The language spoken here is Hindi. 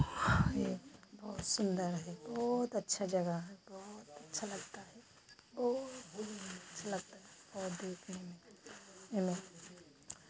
वहाँ ये बहुत सुन्दर है बहुत अच्छा जगह है बहुत अच्छा लगता है बहुत अच्छ लगता है और देखने में ये में